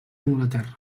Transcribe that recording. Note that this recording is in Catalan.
anglaterra